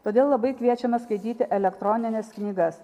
todėl labai kviečiame skaityti elektronines knygas